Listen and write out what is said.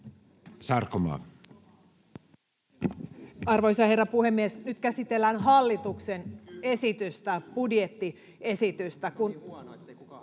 Content: Arvoisa herra puhemies! Nyt käsitellään hallituksen esitystä, [Antti